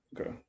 Okay